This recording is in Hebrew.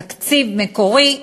תקציב מקורי,